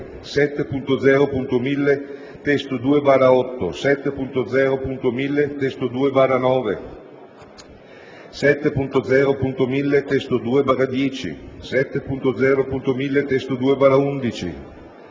7.0.1000 (testo 2)/8, 7.0.1000 (testo 2)/9, 7.0.1000 (testo 2)/10, 7.0.1000 (testo 2)/11,